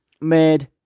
made